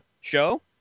show